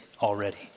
already